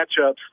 matchups